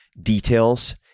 details